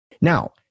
Now